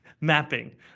mapping